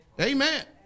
Amen